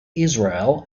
israel